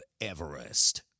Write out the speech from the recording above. Everest